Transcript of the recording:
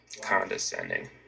condescending